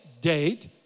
date